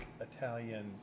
Italian